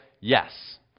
yes